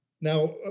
Now